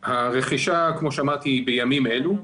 הרכישה, כמו שאמרתי, הם בימים אלו.